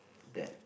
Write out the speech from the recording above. that